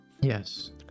Yes